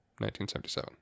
1977